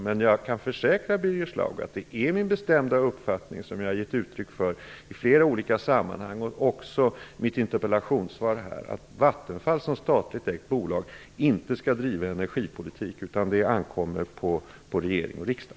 Jag kan dock försäkra Birger Schlaug att det är min bestämda uppfattning - som jag har gett uttryck för i flera olika sammanhang och också i mitt interpellationssvar - att Vattenfall såsom ett statligt ägt bolag inte skall driva energipolitik. Det ankommer på regering och riksdag.